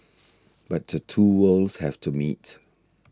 but the two worlds have to meet